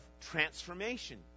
transformation